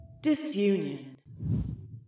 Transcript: Disunion